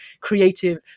creative